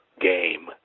game